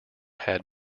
had